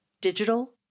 digital